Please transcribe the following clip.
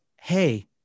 hey